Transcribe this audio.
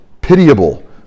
pitiable